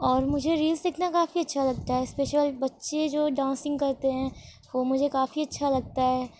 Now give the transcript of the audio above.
اور مجھے ریلس دیکھنا کافی اچھا لگتا ہے اسپیشل بچے جو ڈانسنگ کرتے ہیں وہ مجھے کافی اچھا لگتا ہے